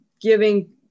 giving